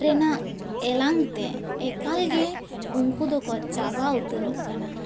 ᱨᱮᱱᱟᱜ ᱮᱞᱟᱝ ᱛᱮ ᱮᱠᱟᱞ ᱜᱮ ᱩᱱᱠᱩ ᱫᱚᱠᱚ ᱪᱟᱵᱟ ᱩᱛᱟᱹᱨᱚᱜ ᱠᱟᱱᱟ